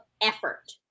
effort